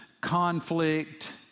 conflict